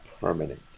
permanent